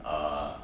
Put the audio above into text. uh